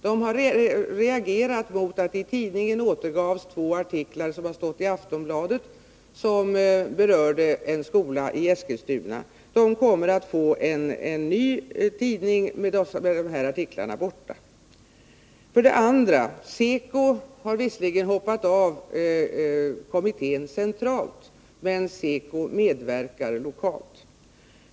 Man har där reagerat mot att det i den tidning det här gäller återgavs två artiklar som har stått i Aftonbladet och som berörde en skola i Eskilstuna. Man kommer att få en ny tidning där dessa artiklar har tagits bort. För det andra vill jag säga att SECO visserligen hoppat av kommittén centralt men att SECO medverkar lokalt.